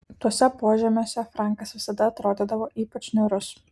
tuose požemiuose frankas visada atrodydavo ypač niūrus